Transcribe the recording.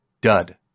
Dud